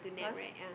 cause